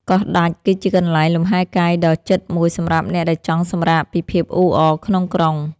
កោះដាច់គឺជាកន្លែងលំហែកាយដ៏ជិតមួយសម្រាប់អ្នកដែលចង់សម្រាកពីភាពអ៊ូអរក្នុងក្រុង។